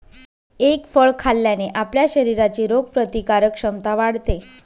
egg फळ खाल्ल्याने आपल्या शरीराची रोगप्रतिकारक क्षमता वाढते